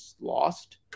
lost